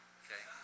okay